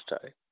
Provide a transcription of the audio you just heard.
today